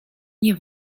nie